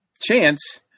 chance